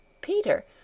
Peter